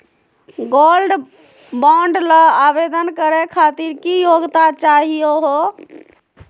Gold bond ल आवेदन करे खातीर की योग्यता चाहियो हो?